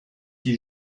qui